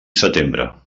setembre